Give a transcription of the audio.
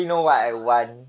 ah